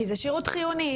כי זה שירות חיוני,